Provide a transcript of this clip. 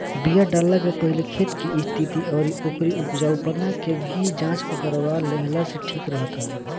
बिया डालला के पहिले खेत के स्थिति अउरी ओकरी उपजाऊपना के भी जांच करवा लेहला से ठीक रहत हवे